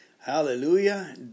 Hallelujah